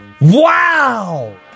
Wow